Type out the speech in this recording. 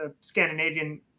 Scandinavian